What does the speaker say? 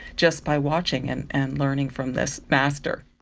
just by watching and and learning from this master.